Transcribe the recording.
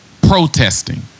protesting